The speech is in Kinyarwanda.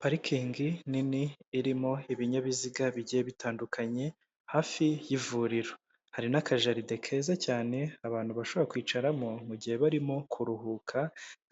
Parikingi nini irimo ibinyabiziga bigiye bitandukanye, hafi y'ivuriro. Hari n'akajaride keza cyane abantu bashobora kwicaramo mu gihe barimo kuruhuka,